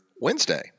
Wednesday